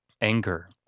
anger